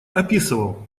описывал